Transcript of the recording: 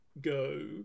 go